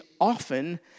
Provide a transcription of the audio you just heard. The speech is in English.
often